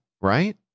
Right